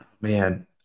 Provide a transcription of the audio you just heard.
Man